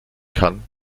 kann